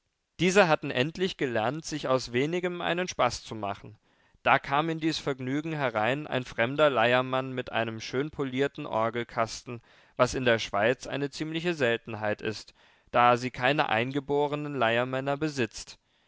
diese hatten endlich gelernt sich aus wenigem einen spaß zu machen da kam in dies vergnügen herein ein fremder leiermann mit einem schönpolierten orgelkasten was in der schweiz eine ziemliche seltenheit ist da sie keine eingeborenen leiermänner besitzt